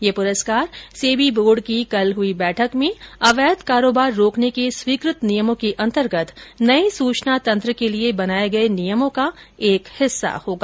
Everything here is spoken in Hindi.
यह पुरस्कार सेबी बोर्ड की कल हई बैठक में अवैध कारोबार रोकने के स्वीकृत नियमों के अंतर्गत नए सूचना तंत्र के लिए बनाए गए नियमों का एक हिस्सा होगा